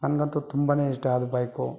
ನನಗಂತೂ ತುಂಬನೇ ಇಷ್ಟ ಅದು ಬೈಕು